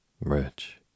Rich